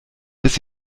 bis